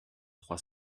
trois